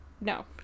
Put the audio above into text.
No